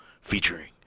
featuring